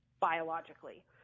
biologically